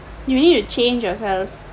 you need to change yourself